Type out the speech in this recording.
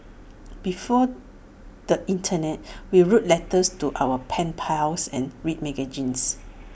before the Internet we wrote letters to our pen pals and read magazines